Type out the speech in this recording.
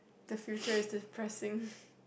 the future is depressing